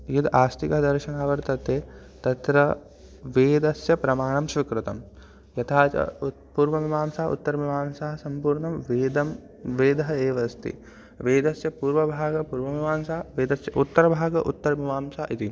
यद् आस्तिक दर्शनं वर्तते तत्र वेदस्य प्रमाणं स्वीकृतं यथा च प् पूर्वमीमांसा उत्तरमीमांसा सम्पूर्णं वेदः वेदः एव अस्ति वेदस्य पूर्वभागः पूर्वमीमांसा वेदस्य उत्तरभागः उत्तरमीमांसा इति